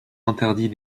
interdits